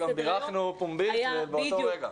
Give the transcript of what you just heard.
צודקת, גם בירכנו פומבית ובאותו רגע.